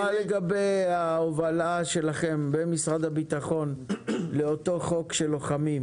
מה לגבי ההובלה שלכם במשרד הבטחון לאותו חוק של לוחמים,